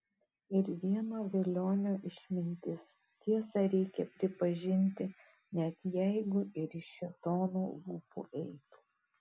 ir vieno velionio išmintis tiesą reikia pripažinti net jeigu ir iš šėtono lūpų eitų